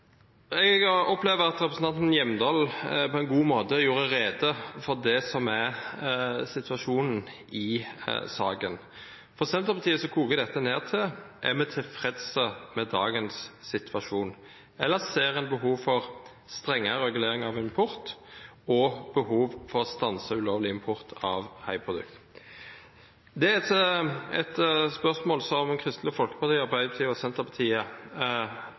Jeg opplever at representanten Hjemdal på en god måte gjorde rede for situasjonen i saken. For Senterpartiet koker dette ned til om vi er tilfreds med dagens situasjon, eller ser en behov for strengere regulering av import og behov for å stanse ulovlig import av haiprodukter. Det er et spørsmål som Kristelig Folkeparti, Arbeiderpartiet og Senterpartiet